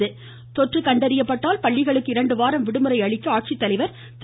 மேலும் தொற்று கண்டறியப்பட்டால் பள்ளிகளுக்கு இரண்டு வாரம் விடுமுறை அளிக்க ஆட்சித்தலைவர் திரு